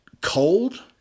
cold